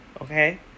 Okay